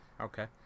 Okay